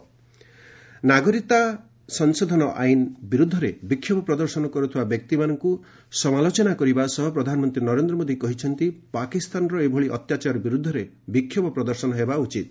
PM CAA ନାଗରିକତା ସଂଶୋଧନ ଆଇନ୍ ବିରୁଦ୍ଧରେ ବିକ୍ଷୋଭ ପ୍ରଦର୍ଶନ କର୍ତ୍ତିବା ବ୍ୟକ୍ତିମାନଙ୍କ ସମାଲୋଚନା କରିବା ସହ ପ୍ରଧାନମନ୍ତ୍ରୀ ନରେନ୍ଦ୍ର ମୋଦି କହିଛନ୍ତି ପାକିସ୍ତାନର ଏଭଳି ଅତ୍ୟାଚାର ବିର୍ରଦ୍ଧରେ ବିକ୍ଷୋଭ ପ୍ରଦର୍ଶିତ ହେବା ଉଚିତ୍